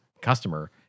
customer